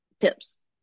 tips